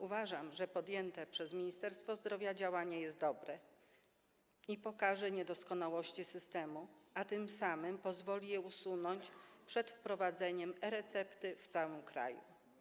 Uważam, że podjęte przez Ministerstwo Zdrowia działanie jest dobre i pokaże niedoskonałości systemu, a tym samym pozwoli je usunąć przed wprowadzeniem e-recepty w całym kraju.